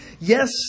Yes